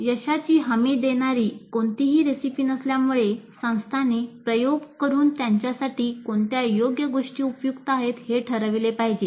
यशाची हमी देणारी कोणतीही रेसिपी नसल्यामुळे संस्थांनी प्रयोग करून त्यांच्यासाठी कोणत्या चांगल्या गोष्टी उपयुक्त आहेत हे ठरविले पाहिजे